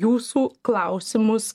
jūsų klausimus